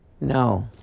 No